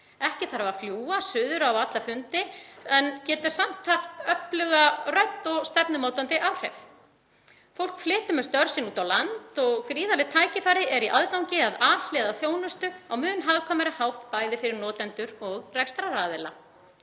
Ekki þarf að fljúga suður á alla fundi en samt er hægt að hafa öfluga rödd og stefnumótandi áhrif. Fólk flytur með störf sín út á land og gríðarleg tækifæri eru í aðgangi að alhliða þjónustu á mun hagkvæmari hátt, bæði fyrir notendur og rekstraraðila.